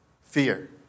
fear